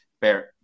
Bear